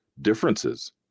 differences